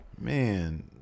Man